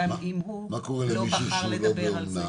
גם אם הוא לא בחר לדבר על זה.